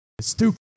Stupid